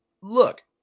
look